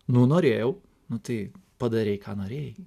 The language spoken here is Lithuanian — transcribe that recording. nu norėjau nu tai padarei ką norėjai